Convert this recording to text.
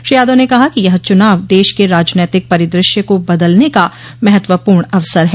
श्री यादव ने कहा कि यह चुनाव देश के राजनैतिक परिदृश्य को बदलने का महत्वपूर्ण अवसर है